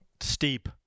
Steep